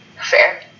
Fair